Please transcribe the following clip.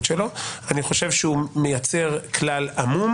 שלו אני חושב שהוא מייצר כלל עמום.